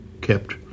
kept